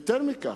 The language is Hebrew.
יותר מכך,